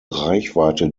reichweite